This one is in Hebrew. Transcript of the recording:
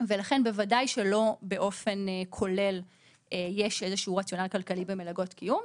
ולכן בוודאי שלא באופן כולל יש איזשהו רציונל כלכלי במלגות קיום.